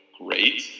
great